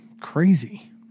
crazy